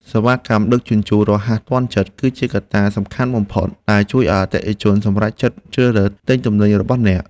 សេវាកម្មដឹកជញ្ជូនរហ័សទាន់ចិត្ត គឺជាកត្តាសំខាន់បំផុតដែលជួយឱ្យអតិថិជនសម្រេចចិត្តជ្រើសរើសទិញទំនិញរបស់អ្នក។